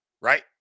Right